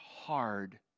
hard